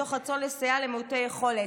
מתוך רצון לסייע למעוטי יכולת.